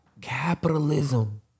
Capitalism